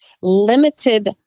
limited